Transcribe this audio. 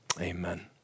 amen